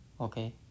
Okay